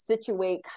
situate